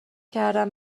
کردن